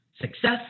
success